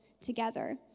together